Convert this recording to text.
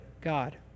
god